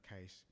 case